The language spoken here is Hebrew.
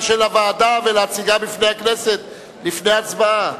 של הוועדה ולהציגה בפני הכנסת לפני הצבעה.